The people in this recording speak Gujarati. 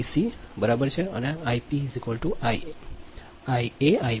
વીસી બરાબર છે આઇપી આઇ આઇ આઇ